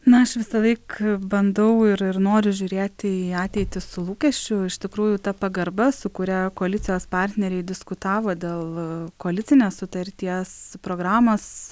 na aš visąlaik bandau ir ir noriu žiūrėti į ateitį su lūkesčiu iš tikrųjų ta pagarba su kuria koalicijos partneriai diskutavo dėl koalicinės sutarties programos